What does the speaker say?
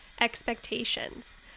expectations